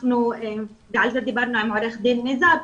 על זה דיברנו עם עו"ד ניזאר,